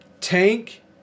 tank